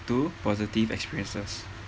two positive experiences